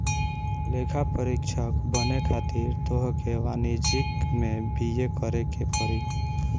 लेखापरीक्षक बने खातिर तोहके वाणिज्यि में बी.ए करेके पड़ी